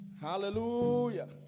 Hallelujah